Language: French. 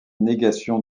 négation